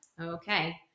Okay